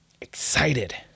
excited